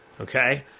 Okay